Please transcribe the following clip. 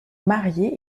marié